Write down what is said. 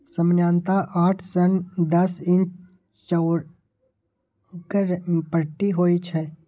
सामान्यतः आठ सं दस इंच चौड़गर पट्टी होइ छै